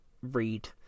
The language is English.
read